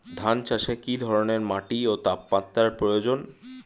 ধান চাষে কী ধরনের মাটি ও তাপমাত্রার প্রয়োজন?